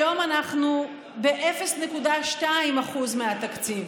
היום אנחנו ב-0.2% מהתקציב,